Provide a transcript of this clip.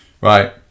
Right